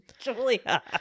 Julia